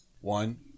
One